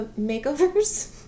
makeovers